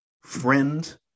friend